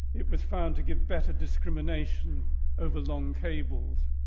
it was found to give better discrimination over long cables.